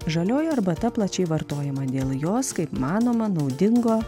žalioji arbata plačiai vartojama dėl jos kaip manoma naudingo